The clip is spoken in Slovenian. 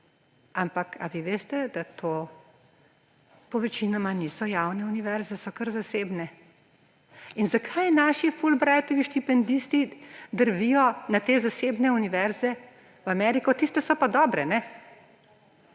Ampak, ali vi veste, da to povečini niso javne univerze, so kar zasebne? In zakaj naši Fulbrightovi štipendisti drvijo na te zasebne univerze v Ameriko? Tiste so pa dobre ‒